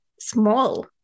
small